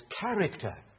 character